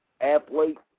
athlete